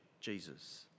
Jesus